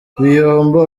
biyombo